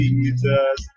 Jesus